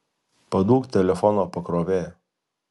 paduok telefono pakrovėją